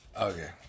Okay